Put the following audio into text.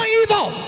evil